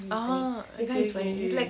ah ookay ookay ookay